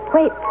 Wait